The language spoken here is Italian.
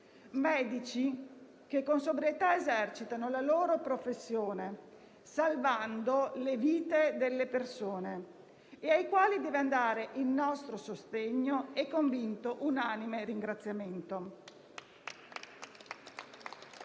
che con sobrietà esercitano la loro professione, salvando le vite delle persone e ai quali deve andare il nostro sostegno e il convinto e unanime ringraziamento.